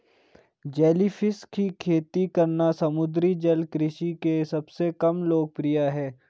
jellyfish की खेती करना समुद्री जल कृषि के सबसे कम लोकप्रिय है